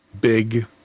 big